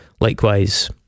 likewise